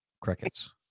crickets